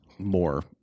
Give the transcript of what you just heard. more